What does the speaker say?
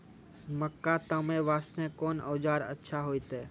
मक्का तामे वास्ते कोंन औजार अच्छा होइतै?